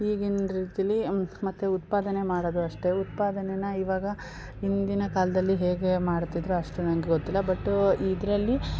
ಈಗಿನ ರೀತಿಲಿ ಮತ್ತು ಉತ್ಪಾದನೆ ಮಾಡೋದು ಅಷ್ಟೇ ಉತ್ಪಾದನೆನ ಇವಾಗ ಹಿಂದಿನ ಕಾಲದಲ್ಲಿ ಹೇಗೆ ಮಾಡ್ತಿದ್ದರೋ ಅಷ್ಟು ನನಗೆ ಗೊತ್ತಿಲ್ಲ ಬಟ್ಟು ಇದರಲ್ಲಿ